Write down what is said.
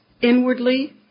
inwardly